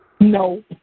No